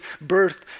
birth